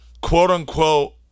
quote-unquote